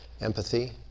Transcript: empathy